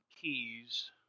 keys